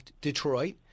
Detroit